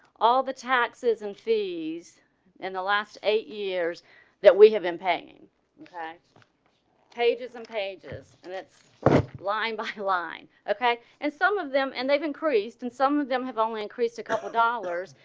all the taxes and fees in the last eight years that we have been paying okay pages and pages and it's line by line okay and some of them and they've increased and some of them have only increased a couple of dollars,